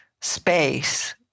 space